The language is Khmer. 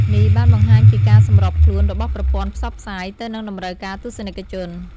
នេះបានបង្ហាញពីការសម្របខ្លួនរបស់ប្រព័ន្ធផ្សព្វផ្សាយទៅនឹងតម្រូវការទស្សនិកជន។